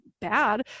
bad